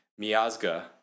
Miazga